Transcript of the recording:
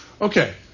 Okay